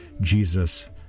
Jesus